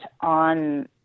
on